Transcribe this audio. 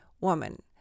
woman